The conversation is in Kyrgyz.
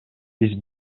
биз